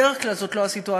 בדרך כלל זאת לא הסיטואציה.